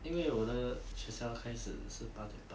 因为我的学校开始是八点半